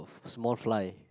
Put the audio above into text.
small fly